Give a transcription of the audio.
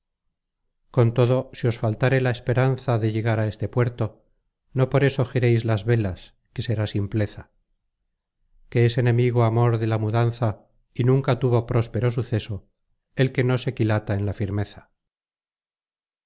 con todo si os faltare la esperanza de llegar a este puerto no por eso gireis las velas que será simpleza que es enemigo amor de la mudanza y nunca tuvo próspero suceso el que no se quilata en la firmeza